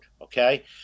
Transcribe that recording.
Okay